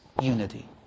unity